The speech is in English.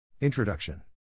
Introduction